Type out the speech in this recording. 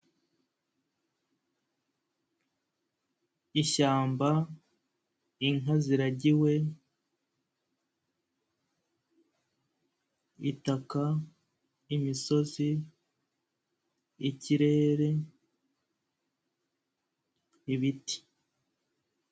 Ishyamba, inka ziragiwe, itaka, imisozi, ikirere, ibiti.